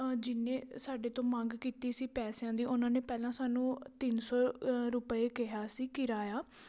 ਜਿੰਨੇ ਸਾਡੇ ਤੋਂ ਮੰਗ ਕੀਤੀ ਸੀ ਪੈਸਿਆਂ ਦੀ ਉਹਨਾਂ ਨੇ ਪਹਿਲਾਂ ਸਾਨੂੰ ਤਿੰਨ ਸੌ ਰੁਪਏ ਕਿਹਾ ਸੀ ਕਿ ਕਿਰਾਇਆ